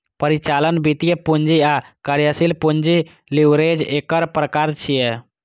परिचालन, वित्तीय, पूंजी आ कार्यशील पूंजी लीवरेज एकर प्रकार छियै